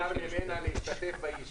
יש פה אמירה שברגע שיהיה תקציב תהיה